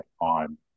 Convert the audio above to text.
on